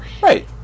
right